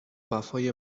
وفای